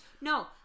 no